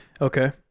Okay